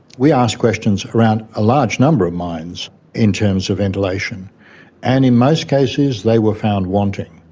we asked questions around a large number of mines in terms of ventilation and in most cases they were found wanting.